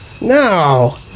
No